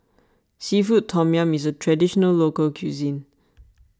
Seafood Tom Yum is a Traditional Local Cuisine